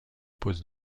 poste